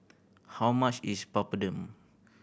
how much is Papadum